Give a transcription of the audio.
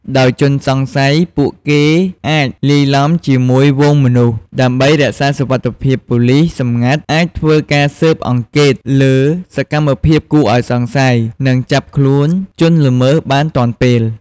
ដោយជនសង្ស័យ ពួកគេអាចលាយឡំជាមួយហ្វូងមនុស្ស ដើម្បីរក្សាសុវត្តិភាពប៉ូលិសសម្ងាត់អាច ធ្វើការស៊ើបអង្កេត លើសកម្មភាពគួរឱ្យសង្ស័យ និងចាប់ខ្លួនជនល្មើសបានទាន់ពេល។